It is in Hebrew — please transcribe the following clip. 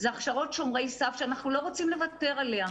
זה הכשרות שומרי סף שאנחנו לא רוצים לוותר עליה,